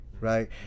Right